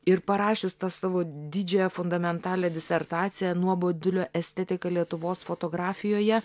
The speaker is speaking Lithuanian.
ir parašius tą savo didžiąją fundamentalią disertaciją nuobodulio estetika lietuvos fotografijoje